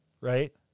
Right